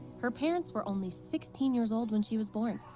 her parents were only sixteen years old when she was born.